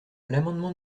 l’amendement